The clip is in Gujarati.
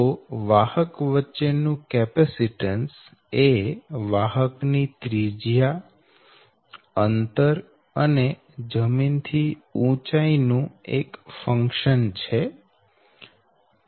તો વાહક વચ્ચે નું કેપેસીટન્સ એ વાહક ની ત્રિજ્યા અંતર અને જમીન થી ઉંચાઈ નું એક ફંક્શન છે